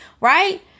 right